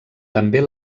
també